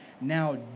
now